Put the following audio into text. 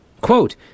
Quote